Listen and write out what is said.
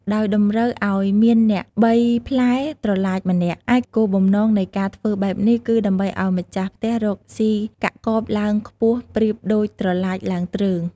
ដោយតម្រូវឲ្យមានអ្នកបីផ្លែត្រឡាចម្នាក់ ឯគោលបំណងនៃការធ្វើបែបនេះគឺ ដើម្បីឲ្យម្ចាស់ផ្ទះរកស៊ីកាក់កបឡើងខ្ពស់ប្រៀបដូចត្រឡាចឡើងទ្រើង ។